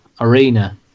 arena